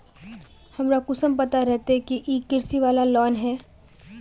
हमरा कुंसम पता रहते की इ कृषि वाला लोन है?